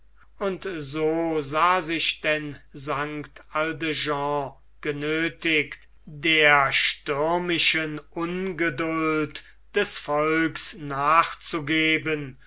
und so sah sich denn st aldegonde genöthigt der stürmischen ungeduld des volks nachzugeben